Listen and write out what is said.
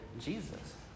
Jesus